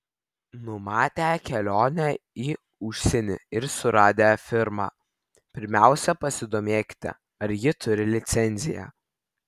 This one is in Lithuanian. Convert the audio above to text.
numatę kelionę į užsienį ir susiradę firmą pirmiausia pasidomėkite ar ji turi licenciją